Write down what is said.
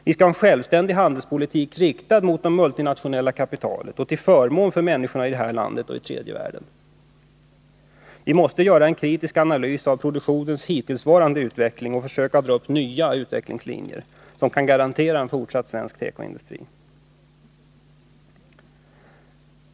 Vi skall ha en självständig handelspolitik, riktad mot det multinationella kapitalet och till förmån för människorna i Sverige och tredje världen. Vi måste göra en kritisk analys av produktionens hittillsvarande utveckling och försöka dra upp nya utvecklingslinjer som kan garantera en fortsatt svensk tekoindustri.